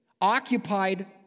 occupied